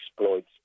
exploits